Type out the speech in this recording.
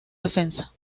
defensa